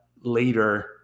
later